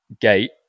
gate